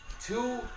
Two